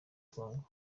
congo